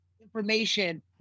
information